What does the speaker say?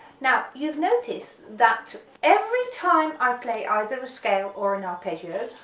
now, you've noticed that every time i play either a scale or an arpeggio,